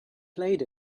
played